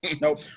Nope